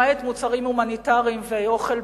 למעט מוצרים הומניטריים ואוכל,